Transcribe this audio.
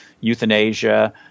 euthanasia